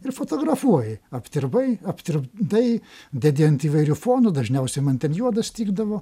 ir fotografuoji aptirbai aptirpdai dedi ant įvairių fonų dažniausia man ten juodas tikdavo